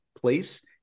place